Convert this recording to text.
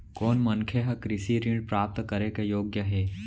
कोन मनखे ह कृषि ऋण प्राप्त करे के योग्य हे?